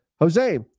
Jose